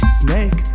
snake